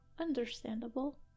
Understandable